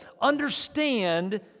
understand